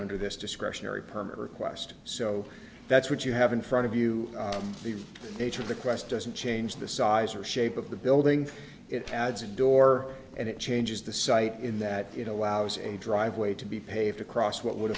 under this discretionary permit request so that's what you have in front of you the nature of the quest doesn't change the size or shape of the building it tad's and door and it changes the site in that it allows a driveway to be paved across what would